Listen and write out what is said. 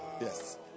Yes